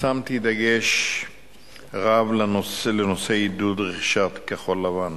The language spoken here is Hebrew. שמתי דגש רב בנושא עידוד רכישת כחול-לבן.